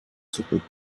zurück